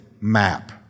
map